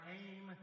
aim